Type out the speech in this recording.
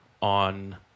on